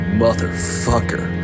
motherfucker